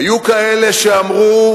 היו כאלה שאמרו: